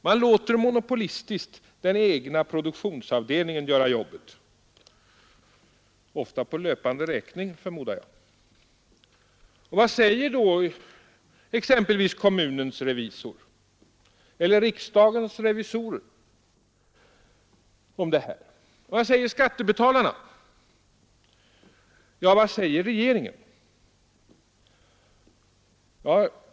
Man låter monopolistiskt den egna produktionsavdelningen göra jobbet, ofta på löpande räkning, förmodar jag. Vad säger då exempelvis kommunens revisor eller riksdagens revisorer om det här? Vad säger skattebetalarna? Vad säger regeringen?